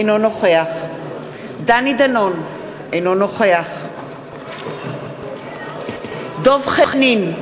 אינו נוכח דני דנון, אינו נוכח דב חנין,